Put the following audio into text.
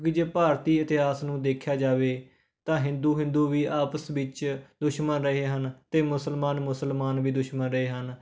ਕਿਉਂਕਿ ਜੇ ਭਾਰਤੀ ਇਤਿਹਾਸ ਨੂੰ ਦੇਖਿਆ ਜਾਵੇ ਤਾਂ ਹਿੰਦੂ ਹਿੰਦੂ ਵੀ ਆਪਸ ਵਿੱਚ ਦੁਸ਼ਮਣ ਰਹੇ ਹਨ ਅਤੇ ਮੁਸਲਮਾਨ ਮੁਸਲਮਾਨ ਵੀ ਦੁਸ਼ਮਣ ਰਹੇ ਹਨ